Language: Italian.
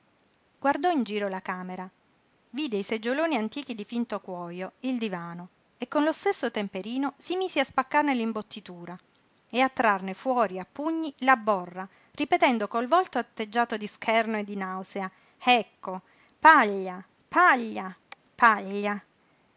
paglia guardò in giro la camera vide i seggioloni antichi di finto cuojo e il divano e con lo stesso temperino si mise a spaccarne l'imbottitura e a trarne fuori a pugni la borra ripetendo col volto atteggiato di scherno e di nausea ecco paglia paglia paglia